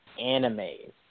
animes